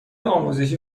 آموزشی